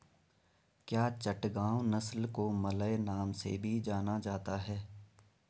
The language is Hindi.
क्या चटगांव नस्ल को मलय नाम से भी जाना जाता है?